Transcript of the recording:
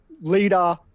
Leader